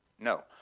No